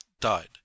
died